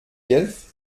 guelfes